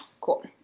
Cool